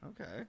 Okay